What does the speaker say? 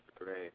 great